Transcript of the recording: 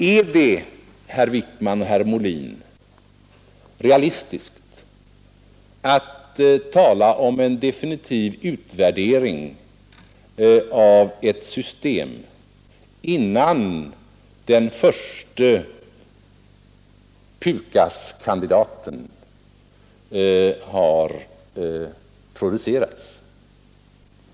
Är det, herr Wijkman och herr Molin, realistiskt att tala om en definitiv utvärdering av ett system innan den förste PUKAS-kandidaten har producerats?